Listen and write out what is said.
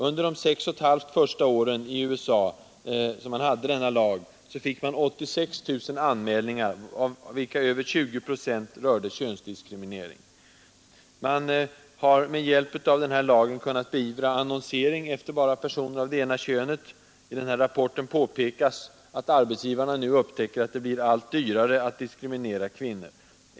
Under sex och ett halvt år — de första åren som man hade denna lag i USA — fick man 86 000 anmälningar, av vilka över 20 procent rörde könsdiskriminering. Man har med hjälp av den här lagen kunnat beivra annonsering efter bara personer av det ena könet. I rapporten påpekas att arbetsgivarna nu upptäcker att det blir allt dyrare att diskriminera kvinnor.